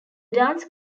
dance